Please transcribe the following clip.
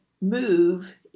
move